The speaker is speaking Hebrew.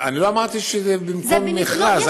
אני לא אמרתי שזה במקום מכרז,